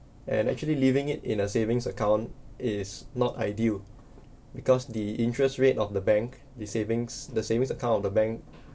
and actually leaving it in a savings account is not ideal because the interest rate of the bank the savings the savings account of the bank